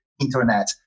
internet